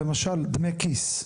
למשל דמי כיס.